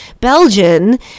Belgian